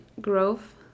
growth